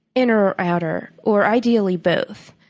inner or outer or, ideally, both.